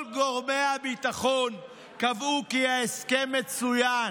כל גורמי הביטחון קבעו כי ההסכם מצוין,